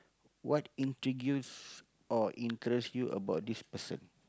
what intrigues or interest you about this person